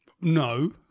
No